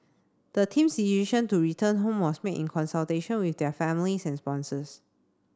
the team's decision to return home was made in consultation with their families and sponsors